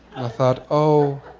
thought, oh,